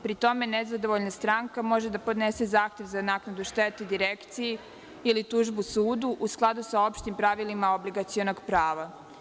Pri tome, nezadovoljna stranka može da podnese zahtev za naknadu štete Direkciji ili tužbu sudu u skladu sa opštim pravilima obligacionog prava.